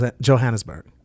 Johannesburg